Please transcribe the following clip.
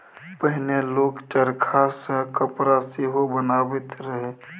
पहिने लोक चरखा सँ कपड़ा सेहो बनाबैत रहय